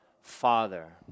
Father